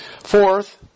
Fourth